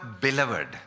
beloved